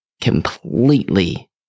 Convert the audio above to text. completely